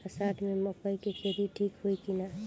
अषाढ़ मे मकई के खेती ठीक होई कि ना?